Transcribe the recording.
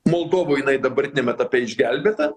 moldovoj jinai dabartiniam etape išgelbėta